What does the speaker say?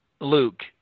Luke